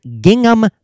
gingham